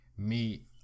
meet